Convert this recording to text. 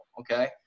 Okay